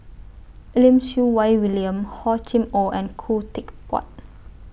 Lim Siew Wai William Hor Chim Or and Khoo Teck Puat